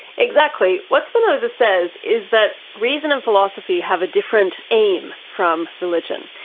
exactly. what spinoza says is that reason and philosophy have a different aim from religion.